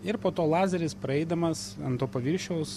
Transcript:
ir po to lazeris praeidamas ant to paviršiaus